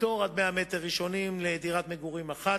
פטור על 100 מ"ר ראשונים לדירת מגורים אחת,